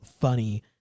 funny